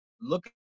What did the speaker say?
look